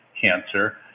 cancer